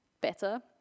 better